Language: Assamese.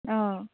অঁ